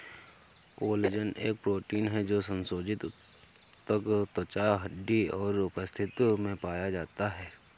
collagen एक protein है जो संयोजी ऊतक, त्वचा, हड्डी और उपास्थि में पाया जाता है